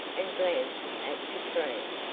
and glanced at katrine.